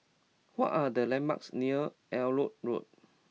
what are the landmarks near Elliot Road